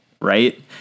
right